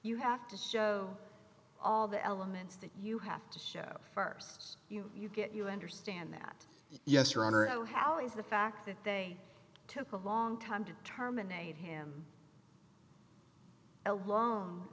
you have to show all the elements that you have to show st you you get you enter stand that yes your honor oh how is the fact that they took a long time to terminate him a lon